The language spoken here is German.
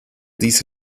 diese